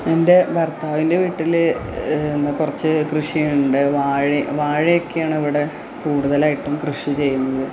എൻ്റെ ഭർത്താവിൻ്റെ വീട്ടിൽ എന്താണ് കുറച്ച് കൃഷിയുണ്ട് വാഴ വാഴയൊക്കെയാണ് അവിടെ കൂട്തലായിട്ടും കൃഷി ചെയ്യുന്നത്